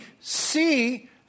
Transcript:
see